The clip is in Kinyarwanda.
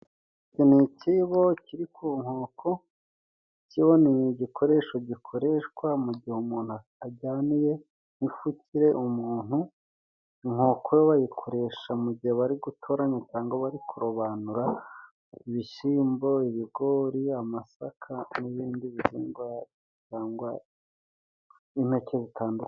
Iki ni ikibo kiri ku nkoko, ikibo ni igikoresho gikoreshwa mu gihe umuntu ajyaniye ifukirere umuntu, inkoko yo bayikoresha mu gihe bari gutoranya cyangwa bari kurobanura ibishyimbo, ibigori amasaka n'ibindi bihingwa cyangwa impeke bitandukanye.